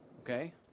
Okay